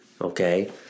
okay